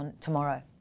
tomorrow